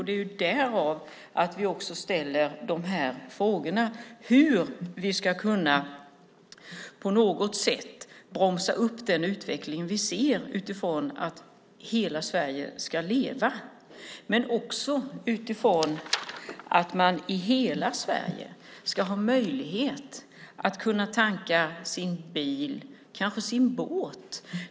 Det är därför vi ställer de här frågorna om hur vi på något sätt ska kunna bromsa den utveckling vi ser utifrån att hela Sverige ska leva men också utifrån att man i hela Sverige ska ha möjlighet att tanka sin bil eller kanske sin båt.